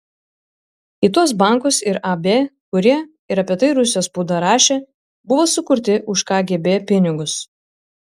į tuos bankus ir ab kurie ir apie tai rusijos spauda rašė buvo sukurti už kgb pinigus